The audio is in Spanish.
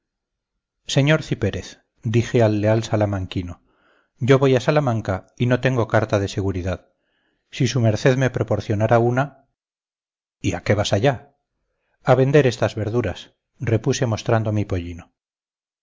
conducta señor cipérez dije al leal salamanquino yo voy a salamanca y no tengo carta de seguridad si su merced me proporcionara una y a qué vas a allá a vender estas verduras repuse mostrando mi pollino